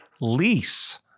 lease